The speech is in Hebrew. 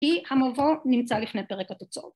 היא, המבוא, נמצא לפני פרק התוצאות